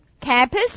campus